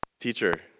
teacher